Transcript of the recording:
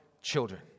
children